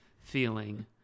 feeling